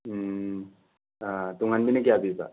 ꯇꯨꯡꯍꯟꯕꯤꯅ ꯀꯌꯥ ꯄꯤꯕ